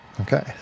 Okay